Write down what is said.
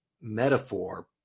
metaphor